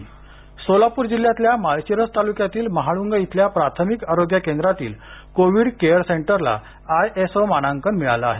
सोलापर सोलापूर जिल्ह्यातल्या माळशिरस तालूक्यातील महाळूंग इथल्या प्राथमिक आरोग्य केंद्रातील कोविड केअर सेंटरला आयएसओ मानांकन मिळाल आहे